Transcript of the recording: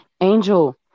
Angel